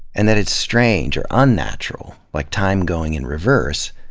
and that it's strange or unnatural, like time going in reverse,